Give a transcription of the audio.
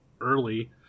early